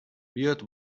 built